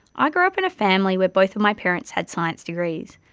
ah grew up in a family where both of my parents had science degrees,